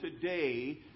today